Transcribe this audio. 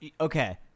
Okay